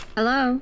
Hello